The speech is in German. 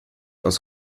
aus